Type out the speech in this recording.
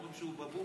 אומרים שהוא בבון.